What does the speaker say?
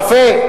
יפה.